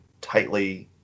tightly